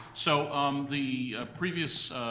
so on the previous